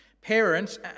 Parents